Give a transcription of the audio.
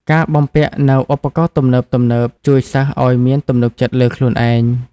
ការបំពាក់នូវឧបករណ៍ទំនើបៗជួយសិស្សឱ្យមានទំនុកចិត្តលើខ្លួនឯង។